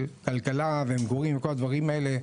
של כלכלה ומגורים וכל הדברים האלה,